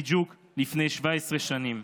בדיוק לפני 17 שנים.